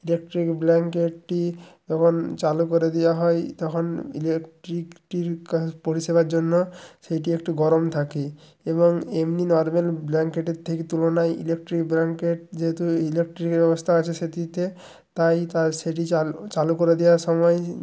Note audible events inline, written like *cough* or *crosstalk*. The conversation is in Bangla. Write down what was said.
ইলেকট্রিক ব্ল্যাঙ্কেটটি যখন চালু করে দেওয়া হয় তখন ইলেকট্রিক *unintelligible* পরিষেবার জন্য সেটি একটু গরম থাকে এবং এমনি নর্মাল ব্ল্যাঙ্কেটের থেকে তুলনায় ইলেকট্রিক ব্ল্যাঙ্কেট যেহেতু ইলেকট্রিক ব্যবস্থা আছে সেটিতে তাই তার সেটি চালু করে দেওয়ার সময়